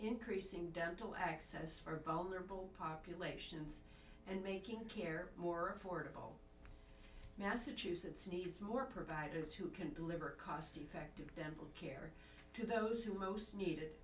increasing dental access for boehner bill populations and making care more affordable massachusetts needs more providers who can deliver cost effective dental care to those who most need